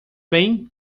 bem